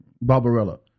Barbarella